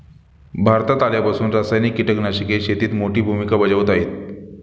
भारतात आल्यापासून रासायनिक कीटकनाशके शेतीत मोठी भूमिका बजावत आहेत